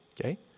okay